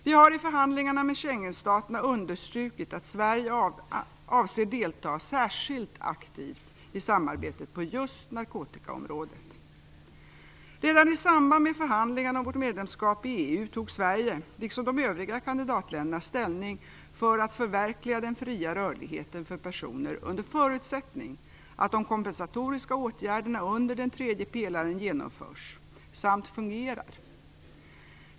Vi har i förhandlingarna med Schengenstaterna understrukit att Sverige avser delta särskilt aktivt i samarbetet på just narkotikaområdet. Redan i samband med förhandlingarna om vårt medlemskap i EU tog Sverige, liksom de övriga kanditatländerna, ställning för att förverkliga den fira rörligheten för personer under förutsättning att de kompensatoriska åtgärderna under den tredje pelaren genomförs samt fungerar.